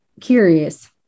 curious